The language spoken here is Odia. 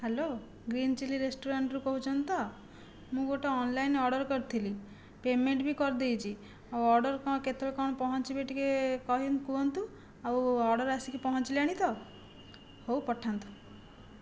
ହ୍ୟାଲୋ ଗ୍ରୀନ୍ ଚିଲ୍ଲି ରେଷ୍ଟୁରାଣ୍ଟରୁ କହୁଛନ୍ତି ତ ମୁଁ ଗୋଟିଏ ଅନଲାଇନ୍ ଅର୍ଡ଼ର କରିଥିଲି ପେମେଣ୍ଟ ବି କରିଦେଇଛି ଆଉ ଅର୍ଡ଼ର କ'ଣ କେତେବେଳେ କ'ଣ ପହଞ୍ଚିବେ ଟିକିଏ କୁହନ୍ତୁ ଆଉ ଅର୍ଡ଼ର ଆସିକି ପହଞ୍ଚିଲାଣି ତ ହେଉ ପଠାନ୍ତୁ